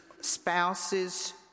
Spouses